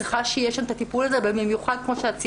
צריכה שיהיה שם את הטיפול הזה ובמיוחד כמו שאת ציינת,